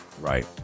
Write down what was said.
Right